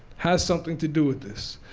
has something to do with this.